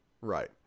Right